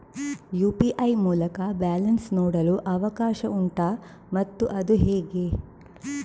UPI ಮೂಲಕ balance ನೋಡಲು ಅವಕಾಶ ಉಂಟಾ ಮತ್ತು ಅದು ಹೇಗೆ?